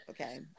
Okay